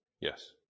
Yes